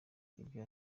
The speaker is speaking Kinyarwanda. ibyo